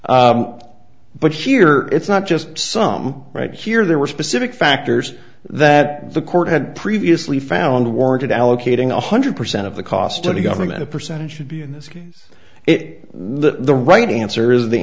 but here it's not just some right here there were specific factors that the court had previously found warranted allocating a hundred percent of the cost of the government a percentage should be in this case it the right answer is the